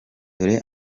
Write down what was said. dore